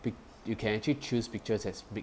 big you can actually choose pictures as big